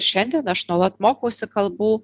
šiandien aš nuolat mokausi kalbų